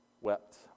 wept